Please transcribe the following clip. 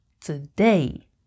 today